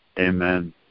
Amen